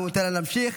אנחנו ניתן לה להמשיך.